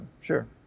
Sure